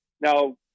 now